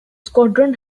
squadron